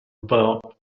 bob